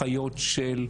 אחיות של,